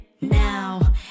now